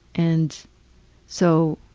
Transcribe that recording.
and so